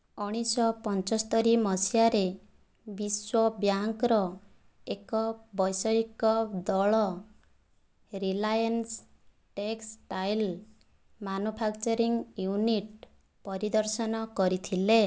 ଊଣାଇଶଶହ ପଞ୍ଚସ୍ତରୀ ମସିହାରେ ବିଶ୍ୱ ବ୍ୟାଙ୍କର ଏକ ବୈଷୟିକ ଦଳ ରିଲାନ୍ସସ୍ ଟେକ୍ସଟାଇଲସ ମାନୁଫେଂକ୍ଚରିଂଙ୍ଗ୍ ୟୁନିଟ୍ ପରିଦର୍ଶନ କରିଥିଲେ